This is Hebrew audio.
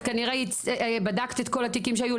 את כנראה בדקת את כל התיקים שהיו,